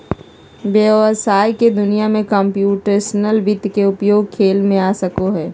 व्हवसाय के दुनिया में कंप्यूटेशनल वित्त के उपयोग खेल में आ सको हइ